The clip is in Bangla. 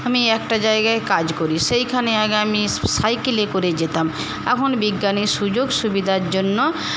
আমি একটা জায়গায় কাজ করি সেইখানে আগে আমি সাইকেলে করে যেতাম এখন বিজ্ঞানের সুযোগ সুবিধার জন্য